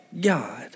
God